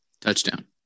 Touchdown